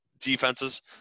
defenses